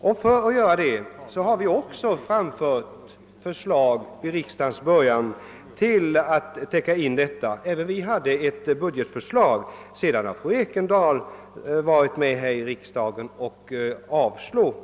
Och för att möjliggöra detta framlade vi vid riksdagens början ett budgetförslag som fru Ekendahl här varit med om att avslå.